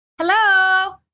Hello